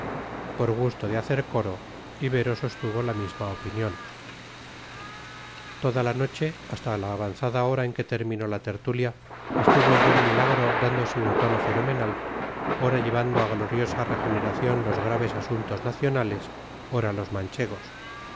por gusto de hacer coro ibero sostuvo la misma opinión toda la noche hasta la avanzada hora en que terminó la tertulia estuvo el buen milagro dándose un tono fenomenal ora llevando a gloriosa regeneración los graves asuntos nacionales ora los manchegos